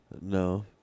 No